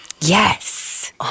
Yes